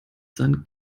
seinen